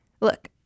Look